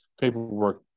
paperwork